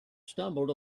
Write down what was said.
stumbled